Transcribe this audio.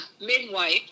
midwife